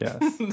Yes